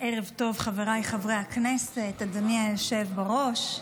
ערב טוב, חבריי חברי הכנסת, אדוני היושב בראש.